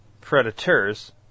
Predators